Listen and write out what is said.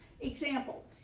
Example